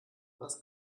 was